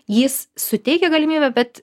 jis suteikia galimybę bet